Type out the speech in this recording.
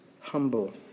humble